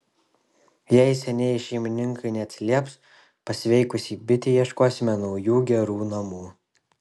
jei senieji šeimininkai neatsilieps pasveikusiai bitei ieškosime naujų gerų namų